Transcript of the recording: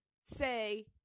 say